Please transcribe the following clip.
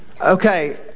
Okay